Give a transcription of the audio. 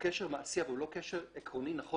קשר מעשי אבל הוא לא קשר עקרוני נכון